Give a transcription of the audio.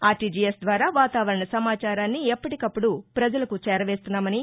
RTGS ద్వారా వాతావరణ సమాచారాన్ని ఎప్పటీకప్పుదు పజలకు చేరవేస్తున్నామన్నారు